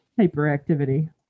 hyperactivity